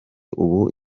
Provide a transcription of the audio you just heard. ubu